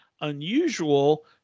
unusual